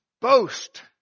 boast